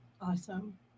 awesome